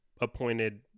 appointed